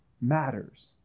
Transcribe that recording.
matters